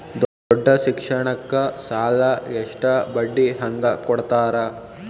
ದೊಡ್ಡ ಶಿಕ್ಷಣಕ್ಕ ಸಾಲ ಎಷ್ಟ ಬಡ್ಡಿ ಹಂಗ ಕೊಡ್ತಾರ?